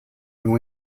new